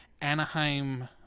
Anaheim